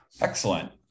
Excellent